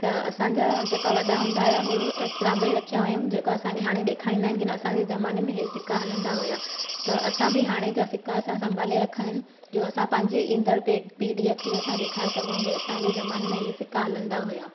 त असांजा जेका वॾा हूंदा हुया हो अ सांभे रखिया होया जेके असांखे हाणे ॾेखारींदा आहिनि की असांजे ज़माने में हे सिका हलंदा हुया त असां बि हाणे जा सिका संभाले रखिया आहिनि जो असां पंहिंजे ईंदड़ पीढ़ीअ खे असां ॾेखारे सघूं की असांखे ज़माने में ईअं सिका हलंदा हुया